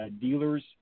dealers